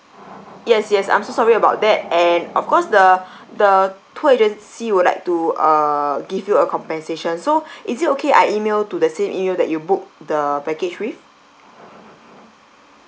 yes yes I'm so sorry about that and of course the the tour agency would like to uh give you a compensation so is it okay I email to the same email that you booked the package with